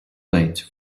late